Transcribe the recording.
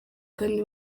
kandi